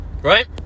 right